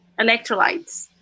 electrolytes